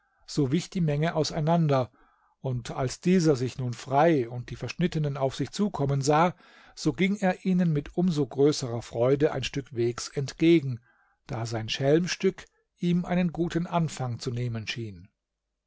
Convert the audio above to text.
so wich die menge auseinander und als dieser sich nun frei und die verschnittenen auf sich zukommen sah so ging er ihnen mit um so größerer freude ein stück wegs entgegen da sein schelmstück ihm einen guten anfang zu nehmen schien